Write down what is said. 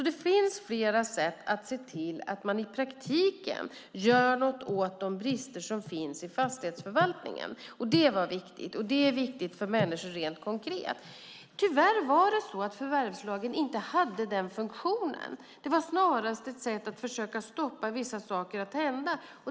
Det finns alltså flera sätt att se till att man i praktiken gör något åt brister i fastighetsförvaltningen. Det var viktigt, och det är viktigt för människor rent konkret. Tyvärr hade inte förvärvslagen den funktionen. Det var snarast ett sätt att försöka stoppa vissa saker.